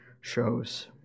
shows